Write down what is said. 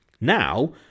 Now